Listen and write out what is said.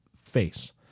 face